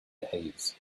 behaves